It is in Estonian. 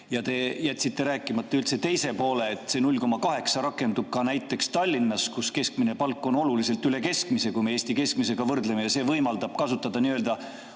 Ja te jätsite rääkimata üldse teise poole – selle, et 0,8 rakendub ka näiteks Tallinnas, kus keskmine palk on oluliselt üle keskmise, kui me Eesti keskmisega võrdleme, ja see võimaldab kasutada nii‑öelda